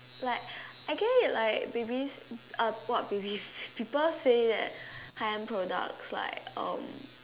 like I get it like babies uh what babies people say that high end products like um